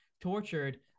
tortured